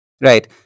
Right